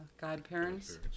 Godparents